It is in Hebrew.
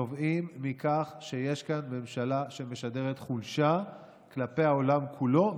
נובעים מכך שיש כאן ממשלה שמשדרת חולשה כלפי העולם כולו,